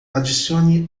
adicione